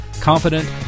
confident